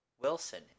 Wilson